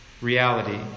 reality